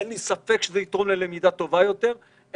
אין לי ספק שזה יתרום ללמידה טובה יותר ושזה